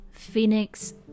phoenix